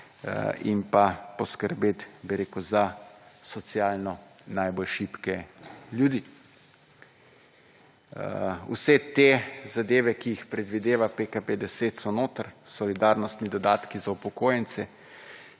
in pa poskrbeti za socialno najbolj šibke ljudi. Vse te zadeve, ki jih predvideva PKP 10 so notri, solidarnostni dodatki za upokojence,